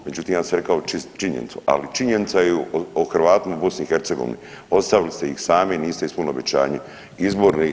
Međutim, ja sam rekao činjenica, ali činjenica je o Hrvatima u BiH ostavili ste ih same niste ispunili obećanje.